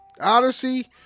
Odyssey